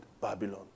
Babylon